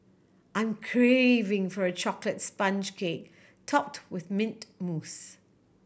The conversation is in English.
I'm craving for a chocolate sponge cake topped with mint mousse